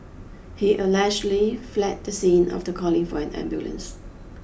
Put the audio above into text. he allegedly fled the scene after calling for an ambulance